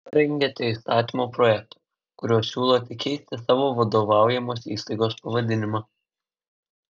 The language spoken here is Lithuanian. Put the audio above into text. parengėte įstatymo projektą kuriuo siūlote keisti savo vadovaujamos įstaigos pavadinimą